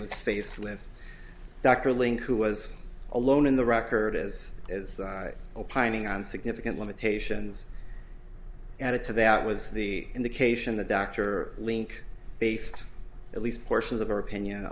was faced with dr link who was alone in the record as as opining on significant limitations added to that was the indication that dr link based at least portions of her opinion